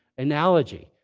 analogy.